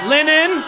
Linen